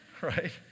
Right